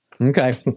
Okay